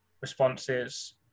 responses